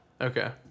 Okay